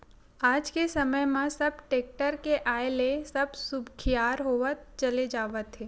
आज के समे म सब टेक्टर के आय ले अब सुखियार होवत चले जावत हवय